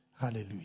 Hallelujah